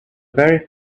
very